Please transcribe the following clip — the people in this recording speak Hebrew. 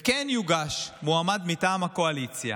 וכן יוגש מועמד מטעם הקואליציה,